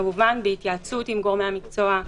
כמובן בהתייעצות עם גורמי המקצוע.